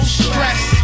stress